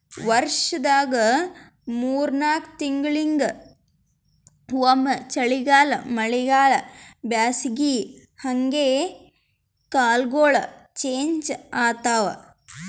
ವರ್ಷದಾಗ್ ಮೂರ್ ನಾಕ್ ತಿಂಗಳಿಂಗ್ ಒಮ್ಮ್ ಚಳಿಗಾಲ್ ಮಳಿಗಾಳ್ ಬ್ಯಾಸಗಿ ಹಂಗೆ ಕಾಲ್ಗೊಳ್ ಚೇಂಜ್ ಆತವ್